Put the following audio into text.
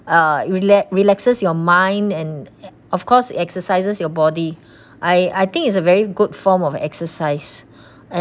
uh rela~ relaxes your mind and of course exercises your body I I think it's a very good form of exercise and